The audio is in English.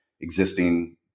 existing